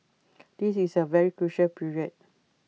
this is A very crucial period